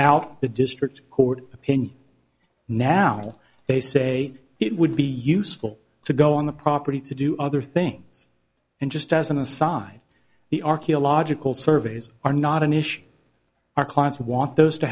out the district court opinion now they say it would be useful to go on the property to do other things and just as an aside the archaeological surveys are not an issue our clients want those to